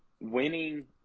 winning